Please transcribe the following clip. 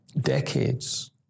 decades